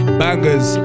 bangers